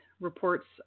reports